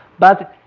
but